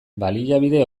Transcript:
baliabide